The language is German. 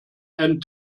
einen